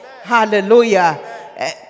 Hallelujah